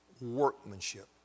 workmanship